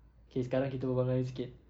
okay sekarang kita berbual melayu sikit